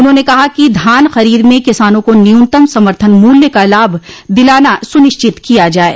उन्होंने कहा कि धान खरीद में किसानों को न्यूनतम समर्थन मूल्य का लाभ दिलाना सुनिश्चित किया जाये